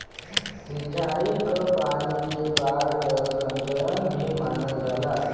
सिंचाई क पानी के बाढ़ जल संचयन भी मानल जाला